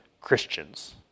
Christians